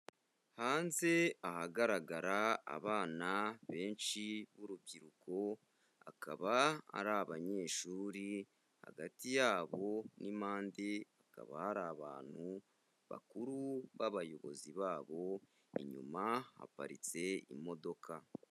Hanze ahagaragara abana benshi b'urubyiruko, akaba ari abanyeshuri, hagati yabo n'impande hakaba hari abantu bakuru b'abayobozi babo, inyuma haparitse imodoka.